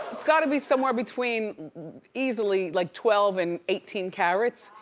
it's gotta be somewhere between easily, like twelve and eighteen carats.